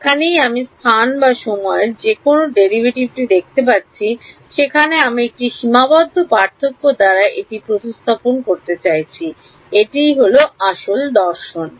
যেখানেই আমি স্থান বা সময়ের মধ্যে যে কোনও ডাইরিভেটিভ দেখতে পাচ্ছি সেখানে আমি একটি সীমাবদ্ধ পার্থক্য দ্বারা এটি প্রতিস্থাপন করতে যাচ্ছি এটিই দর্শন